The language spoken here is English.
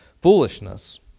foolishness